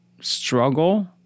struggle